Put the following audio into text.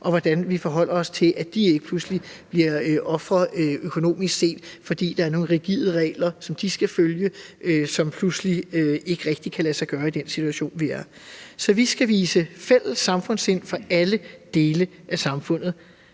og som er arbejdsløse, så de ikke pludselig bliver ofre økonomisk set, fordi der er nogle rigide regler, som de skal følge, men som pludselig ikke rigtig kan lade sig gøre i den situation, vi er i. Så vi skal vise fælles samfundssind for alle dele af samfundet.